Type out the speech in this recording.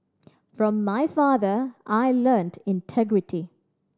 from my father I learnt integrity